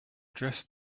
dressed